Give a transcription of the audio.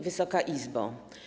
Wysoka Izbo!